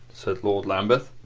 said lord lambeth.